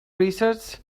research